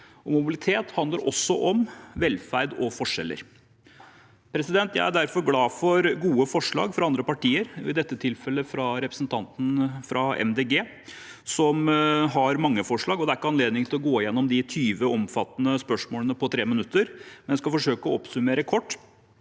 Mobilitet handler også om velferd og forskjeller. Jeg er derfor glad for gode forslag fra andre partier, i dette tilfellet fra representantene i Miljøpartiet De Grønne, som har mange forslag. Det er ikke anledning til å gå gjennom de 20 omfattende forslagene på tre minutter, men jeg skal forsøke å oppsummere kort.